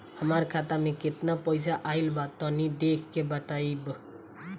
हमार खाता मे केतना पईसा आइल बा तनि देख के बतईब?